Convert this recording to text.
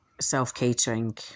self-catering